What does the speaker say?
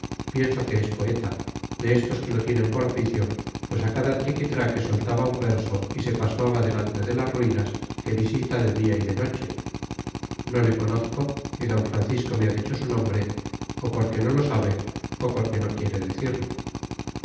pienso que es poeta de estos que lo tienen por oficio pues a cada triquitraque soltaba un verso y se pasmaba delante de las ruinas que visita de día y de noche no le conozco ni d francisco me ha dicho su nombre o porque no lo sabe o porque no quiere decirlo